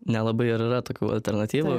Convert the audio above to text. nelabai ir yra tokių alternatyvų